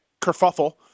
kerfuffle